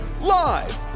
live